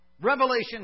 Revelation